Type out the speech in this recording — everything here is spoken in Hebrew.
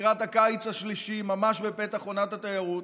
לקראת הקיץ השלישי, ממש בפתח עונת התיירות,